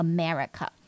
America